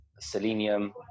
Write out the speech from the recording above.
selenium